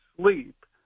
sleep